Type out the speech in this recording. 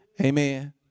Amen